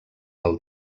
del